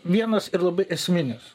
vienas ir labai esminis